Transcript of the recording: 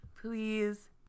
please